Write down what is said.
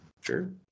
Sure